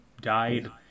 died